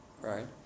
right